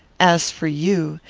as for you,